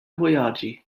vojaĝi